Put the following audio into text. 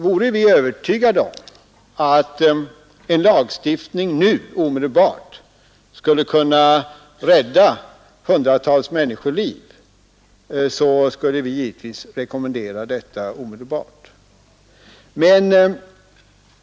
Vore vi övertygade om att en lagstiftning omedelbart skulle kunna rädda hundratals människoliv, skulle vi givetvis genast rekommendera en sådan.